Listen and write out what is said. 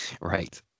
Right